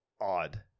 odd